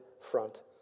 front